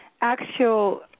actual